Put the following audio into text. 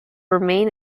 remain